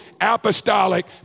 apostolic